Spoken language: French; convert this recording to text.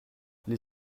les